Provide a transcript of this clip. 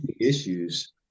Issues